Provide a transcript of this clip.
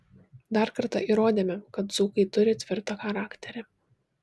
dar kartą įrodėme kad dzūkai turi tvirtą charakterį